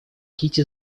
кити